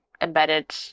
embedded